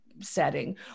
setting